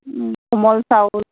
কোমল চাউল